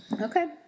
Okay